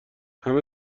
همه